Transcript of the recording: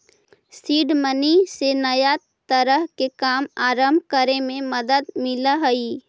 seed money से नया तरह के काम आरंभ करे में मदद मिलऽ हई